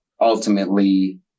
ultimately